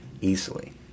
easily